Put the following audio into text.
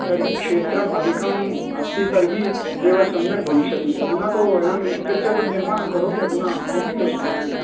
तर्हि क्षेत्रम् अधिकम् अस्ति तर्हि एव सम्यक् भविष्यति अधुना तु अहं स्ट्रेच्चर् तु निर्माणं करोमि अधुना कोऽपि क्लेशो नास्ति